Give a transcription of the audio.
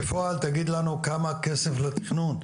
בפועל תגיד לנו כמה כסף לתכנון.